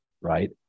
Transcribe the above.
right